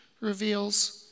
reveals